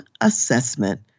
assessment